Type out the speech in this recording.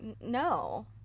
no